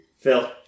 Phil